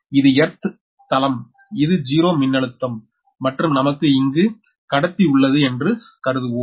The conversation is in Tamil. இது எர்த்தளம் இது 0 மின்னழுத்தம் மற்றும் நமக்கு இங்கு கடத்தி உள்ளது என்று கருதுவோம்